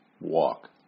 walk